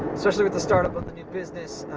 especially with the start-up of the new business,